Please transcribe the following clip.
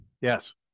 Yes